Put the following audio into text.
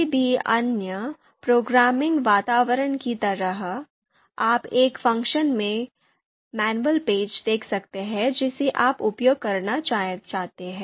किसी भी अन्य प्रोग्रामिंग वातावरण की तरह आप एक फ़ंक्शन के मैनुअल पेज देख सकते हैं जिसे आप उपयोग करना चाहते हैं